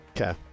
Okay